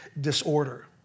disorder